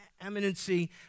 eminency